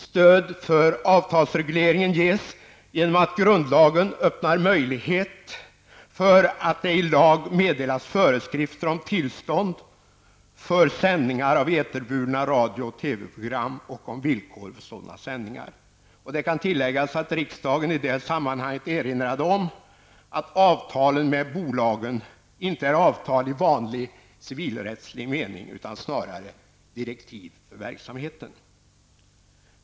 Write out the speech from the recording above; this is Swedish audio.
Stöd för avtalsregleringen ges genom att grundlagen öppnar möjlighet för att det i lag meddelas föreskrifter om tillstånd för sändningar av eterburna radio och TV-program och om villkor för sådana sändningar. Det kan tilläggas att riksdagen i det sammanhanget erinrade om att avtalen med bolagen inte är avtal i vanlig civilrättslig mening utan snarare direktiv för verksamheten.